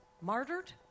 martyred